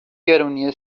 گرونی